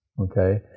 okay